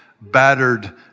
battered